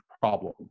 problem